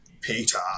Peter